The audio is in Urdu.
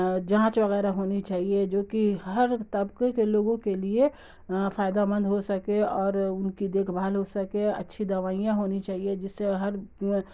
جانچ وغیرہ ہونی چاہیے جو کہ ہر طبقے کے لوگوں کے لیے فائدہ مند ہو سکے اور ان کی دیکھ بھال ہو سکے اچھی دوائیاں ہونی چاہیے جس سے ہر